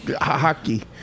Hockey